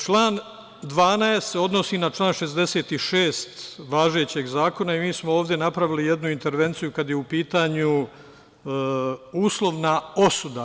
Član 12. se odnosi na član 66. važećeg zakona i mi smo ovde napravili jednu intervenciju kada je u pitanju uslovna osuda.